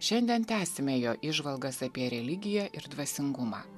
šiandien tęsime jo įžvalgas apie religiją ir dvasingumą